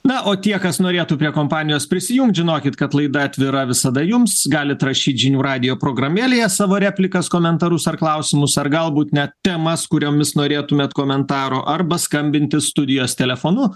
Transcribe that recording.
na o tie kas norėtų prie kompanijos prisijungti žinokit kad laida atvira visada jums galit rašyti žinių radijo programėlėje savo replikas komentarus ar klausimus ar galbūt net temas kuriomis norėtumėt komentaro arba skambinti studijos telefonu